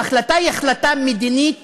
ההחלטה היא החלטה מדינית